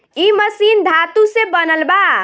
इ मशीन धातु से बनल बा